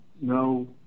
no